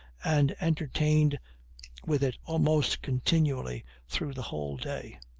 and entertained with it almost continually through the whole day.